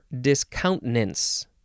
discountenance